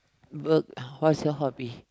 work what's your hobby